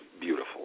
beautiful